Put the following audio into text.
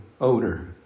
odor